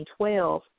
2012